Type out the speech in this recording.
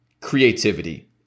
creativity